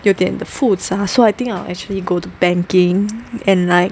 有点复杂 so I think I will actually go to banking and like